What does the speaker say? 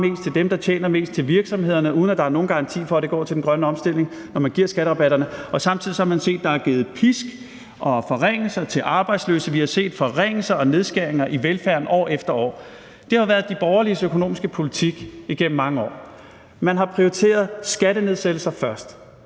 mest, til dem, der tjener mest, og til virksomhederne – uden at der er nogen garanti for, at det går til den grønne omstilling, når man giver skatterabatterne. Samtidig har vi set, at der er pisk og forringelser til arbejdsløse. Vi har set forringelser og nedskæringer i velfærden år efter år Det har været de borgerliges økonomiske politik igennem mange år. Man har prioriteret skattenedsættelser først,